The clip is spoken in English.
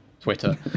Twitter